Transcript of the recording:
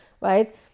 right